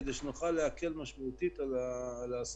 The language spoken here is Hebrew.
כדי שנוכל להקל משמעותית על העסקים.